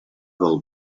del